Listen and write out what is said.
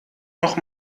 noch